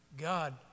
God